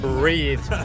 Breathe